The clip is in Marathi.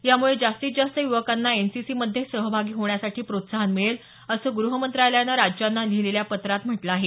यामुळे जास्तीत जास्त युवकांना एनसीसीमध्ये सहभागी होण्यासाठी प्रोत्साहन मिळेल असं गृह मंत्रालयानं राज्यांना लिहिलेल्या पत्रात म्हटलं आहे